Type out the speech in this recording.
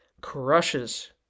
Crushes